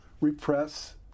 repress